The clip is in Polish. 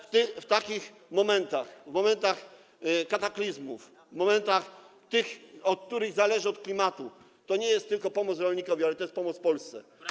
W takich momentach, w momentach kataklizmów, w tych momentach, które zależą od klimatu, to nie jest tylko pomoc rolnikowi, ale to jest pomoc Polsce.